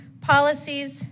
policies